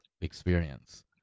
experience